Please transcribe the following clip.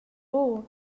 buca